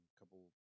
couple